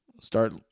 start